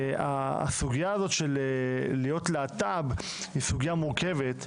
הסוגיה הזו של להיות להט"ב היא סוגיה מורכבת,